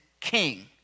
king